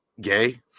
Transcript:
Gay